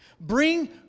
Bring